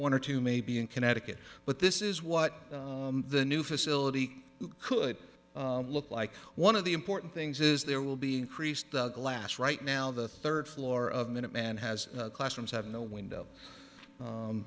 one or two may be in connecticut but this is what the new facility could look like one of the important things is there will be increased the glass right now the third floor of minuteman has classrooms have no window